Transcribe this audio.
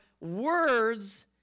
words